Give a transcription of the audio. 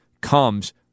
comes